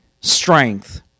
strength